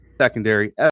Secondary